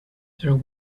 there